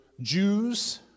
Jews